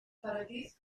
paradies